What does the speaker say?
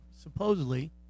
supposedly